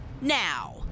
now